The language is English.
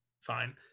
fine